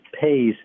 pays